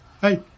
Hey